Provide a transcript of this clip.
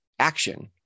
action